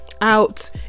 out